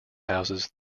houses